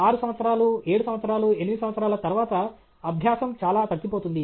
6 సంవత్సరాలు 7 సంవత్సరాలు 8 సంవత్సరాల తరువాత అభ్యాసం చాలా తగ్గిపోతుంది